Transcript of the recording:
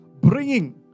bringing